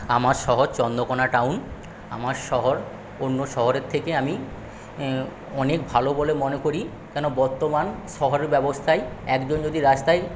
আমার শহর চন্দ্রকোনা টাউন আমার শহর অন্য শহরের থেকে আমি অনেক ভালো বলে মনে করি কেন বর্তমান শহর ব্যবস্থাই একজন যদি রাস্তায়